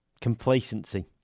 Complacency